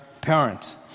parents